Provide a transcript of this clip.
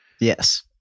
Yes